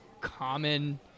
common